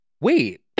Wait